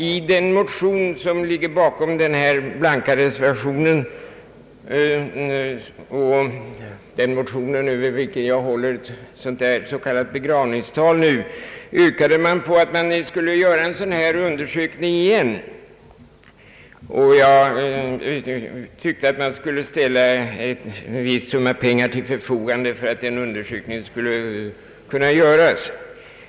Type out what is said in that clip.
I den motion, som ligger bakom den blanka reservationen — den motion över vilken jag nu håller ett s.k. begravningstal — yrkas på att det skall göras en sådan här undersökning igen. Jag tycker att en viss summa pengar borde ställas t!! förfogande för det ändamålet.